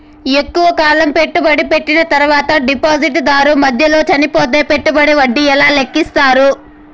ఎక్కువగా కాలం పెట్టుబడి పెట్టిన తర్వాత డిపాజిట్లు దారు మధ్యలో చనిపోతే పెట్టుబడికి వడ్డీ ఎలా లెక్కిస్తారు?